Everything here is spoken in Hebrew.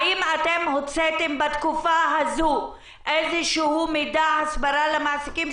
האם בתקופה הזו הוצאתם איזשהו מידע הסברה למעסיקים,